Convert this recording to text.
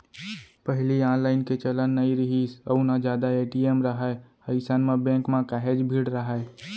पहिली ऑनलाईन के चलन नइ रिहिस अउ ना जादा ए.टी.एम राहय अइसन म बेंक म काहेच भीड़ राहय